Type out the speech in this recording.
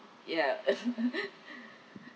ya